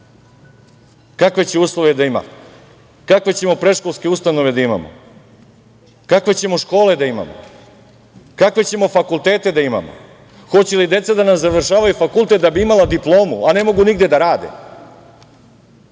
kakve će uslove da ima, kakve ćemo predškolske ustanove da imamo, kakve ćemo škole da imamo, kakve ćemo fakultete da imamo. Hoće li deca da nam završavaju fakultet da bi imala diplomu, a ne mogu nigde da rade